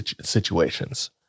situations